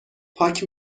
پاک